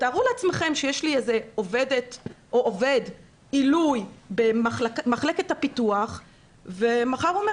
תארו לעצמכם שיש לי עובדת או עובד עילוי במחלקת הפיתוח ומחר הוא אומר